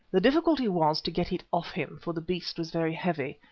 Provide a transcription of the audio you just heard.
the difficulty was to get it off him, for the beast was very heavy,